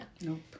Nope